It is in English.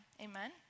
amen